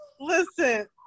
listen